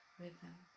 rhythm